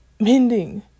mending